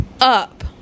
up